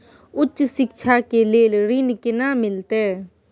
उच्च शिक्षा के लेल ऋण केना मिलते?